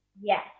Yes